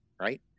right